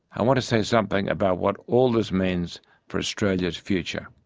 i want to say something about what all this means for australia's future.